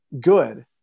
good